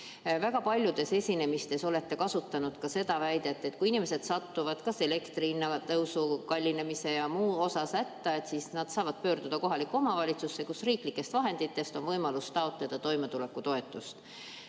Väga paljudes esinemistes olete kasutanud ka seda väidet, et kui inimesed satuvad kas elektri hinna kallinemise või muu tõttu hätta, siis nad saavad pöörduda kohalikku omavalitsusse, kus riiklikest vahenditest on võimalus taotleda toimetulekutoetust.